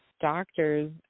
doctors